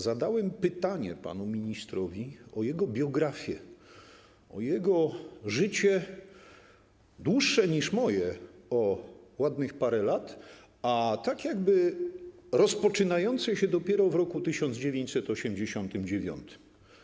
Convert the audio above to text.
Zadałem panu ministrowi pytanie o jego biografię, o jego życie, dłuższe niż moje o ładnych parę lat, a tak jakby rozpoczynające się dopiero w roku 1989.